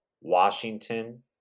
Washington